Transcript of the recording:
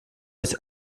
was